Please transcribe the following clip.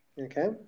okay